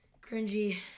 cringy